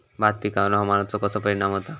भात पिकांर हवामानाचो कसो परिणाम होता?